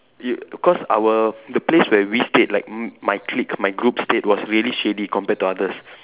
err cause our the place where we stayed like m~ my clique my group stayed was really shady compared to others